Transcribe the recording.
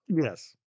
Yes